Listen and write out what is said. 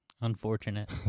unfortunate